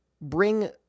bring